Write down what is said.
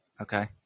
okay